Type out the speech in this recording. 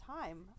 time